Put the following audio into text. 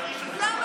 למה,